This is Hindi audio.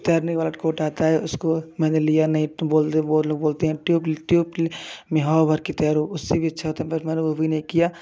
तैरने वाला कोट आता है उसको मैंने लिया नहीं तो बोल दे बोल बोलते हैं ट्यूब ट्यूब ट्यूब में हवा भर के तैरो उससे भी अच्छा होता है पर मैंने वो भी नहीं किया